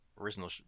original